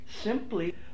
simply